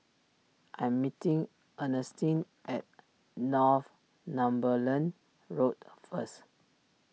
I'm meeting Earnestine at Northumberland Road first